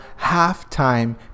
halftime